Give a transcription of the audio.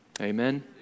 Amen